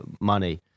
money